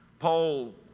Paul